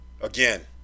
Again